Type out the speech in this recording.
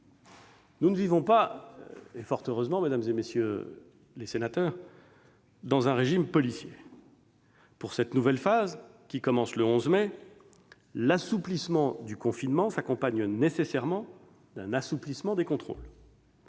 Nous ne vivons pas- fort heureusement, mesdames, messieurs les sénateurs ! -dans un régime policier. Pour cette nouvelle phase qui commence le 11 mai, l'assouplissement du confinement s'accompagne nécessairement d'un assouplissement des contrôles.